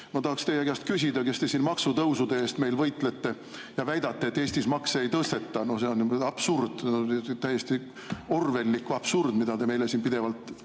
Ma tahaks teie käest küsida, kes te siin maksutõusude eest meil võitlete ja väidate, et Eestis makse ei tõsteta. No see on absurd, täiesti orwelllik absurd, mida te meile siin pidevalt